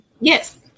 Yes